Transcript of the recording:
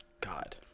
God